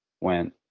went